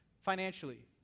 Financially